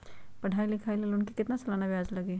पढाई लिखाई ला लोन के कितना सालाना ब्याज लगी?